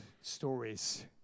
stories